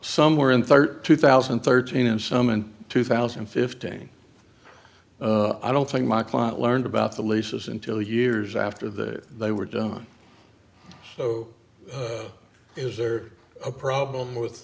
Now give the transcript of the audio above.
somewhere in thirty two thousand and thirteen and some in two thousand and fifteen i don't think my client learned about the leases until years after that they were done so is there a problem with